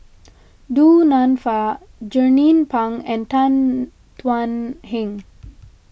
Du Nanfa Jernnine Pang and Tan Thuan Heng